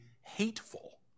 hateful